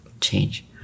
change